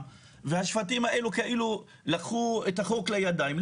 כאילו השבטים האלה לקחו את החוק לידיים.